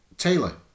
Taylor